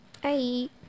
Hey